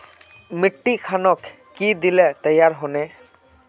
मिट्टी खानोक की दिले तैयार होने?